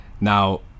now